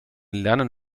lernen